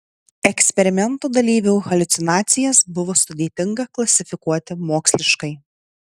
eksperimento dalyvių haliucinacijas buvo sudėtinga klasifikuoti moksliškai